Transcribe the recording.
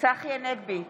צחי הנגבי,